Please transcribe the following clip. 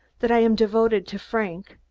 that i am devoted to frank,